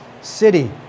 city